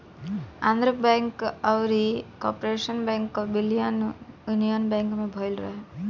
Andhra bank अउरी corporation bank कअ विलय यूनियन बैंक में भयल रहे